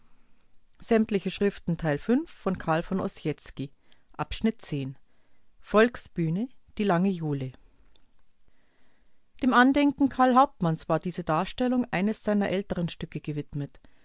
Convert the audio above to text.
volksbühne die lange jule dem andenken carl hauptmanns war diese darstellung eines seiner älteren stücke gewidmet